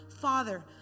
father